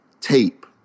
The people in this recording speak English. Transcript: tape